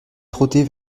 trotter